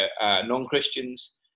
non-Christians